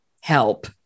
help